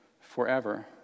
forever